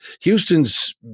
Houston's